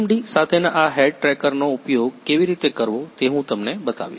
HMD સાથેના આ head ટ્રેકરનો ઉપયોગ કેવી રીતે કરવો તે હું તમને બતાવીશ